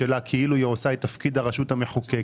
משלה כאילו היא עושה את תפקיד הרשות המחוקקת